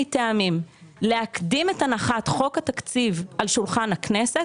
טעמים להקדים את הנחת חוק התקציב על שולחן הכנסת,